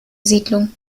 siedlung